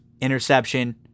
Interception